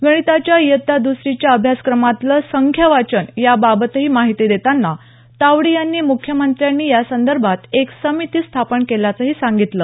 गणिताच्या इयत्ता दुसरीच्या अभ्यासक्रमातलं संख्यावाचन या बाबतही माहिती देताना तावडे यांनी मुख्यमंत्र्यांनी यासंदर्भात एक समिती स्थापन केल्याचंही सांगितलं